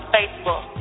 Facebook